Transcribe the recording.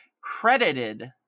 credited